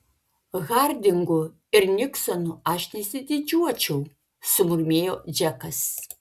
hardingu ir niksonu aš nesididžiuočiau sumurmėjo džekas